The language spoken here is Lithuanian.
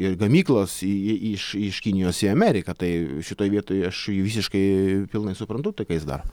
ir gamyklas iš iš kinijos į ameriką tai šitoj vietoj aš visiškai pilnai suprantu tai ką jis daro